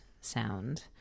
sound